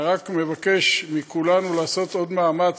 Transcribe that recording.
אני רק מבקש מכולנו לעשות עוד מאמץ,